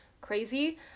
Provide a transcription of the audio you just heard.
crazy